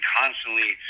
constantly